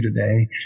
today